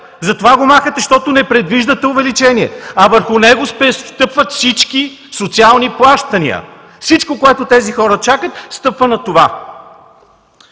Махате го, защото не предвиждате увеличение! А върху него стъпват всички социални плащания. Всичко, което тези хора чакат, стъпва на това,